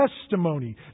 testimony